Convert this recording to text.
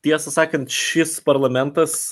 tiesą sakant šis parlamentas